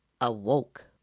awoke